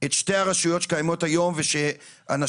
את שתי הרשויות שקיימות היום ושאנשים,